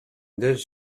this